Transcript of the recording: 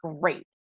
great